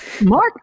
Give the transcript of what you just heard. Mark